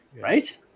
Right